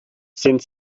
sind